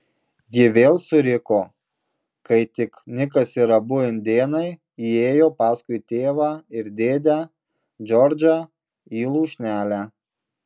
ji vėl suriko kai tik nikas ir abu indėnai įėjo paskui tėvą ir dėdę džordžą į lūšnelę